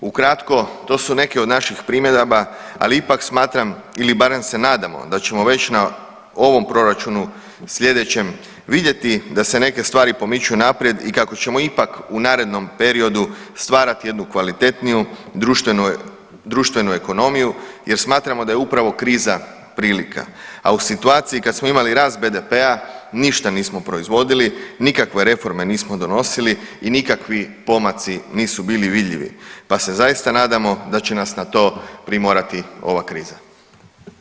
Ukratko, to su neke od naših primjedaba, ali ipak smatram ili barem se nadamo da ćemo već na ovom proračunu sljedećem vidjeti da se neke stvari pomiču naprijed i kako ćemo ipak u narednom periodu stvarati jednu kvalitetniju društvenu ekonomiju jer smatramo da je upravo kriza prilika, a u situaciju kada smo imali rast BDP-a ništa nismo proizvodili, nikakve reforme nismo donosili i nikakvi pomaci nisu bili vidljivi pa se zaista nadamo da će nas na to primorati ova kriza.